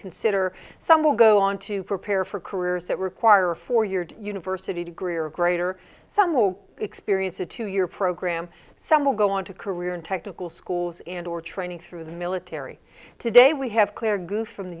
consider some will go on to prepare for careers that require a four year university degree or greater some will experience a two year program some will go on to career in technical schools and or training through the military today we have clear goo from the